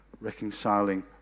reconciling